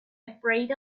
afraid